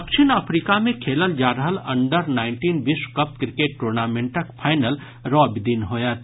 दक्षिण अफ्रीका मे खेलल जा रहल अंडर नाईनटिन विश्व कप क्रिकेट टूर्नामेंटक फाईनल रवि दिन होयत